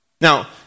Now